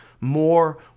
more